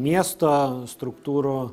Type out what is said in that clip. miesto struktūrų